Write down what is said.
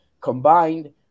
Combined